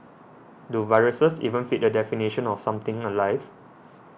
do viruses even fit the definition of something alive